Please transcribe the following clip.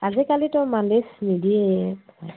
আজিকালিতো মালিচ নিদিয়ে